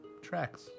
Tracks